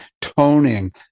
toning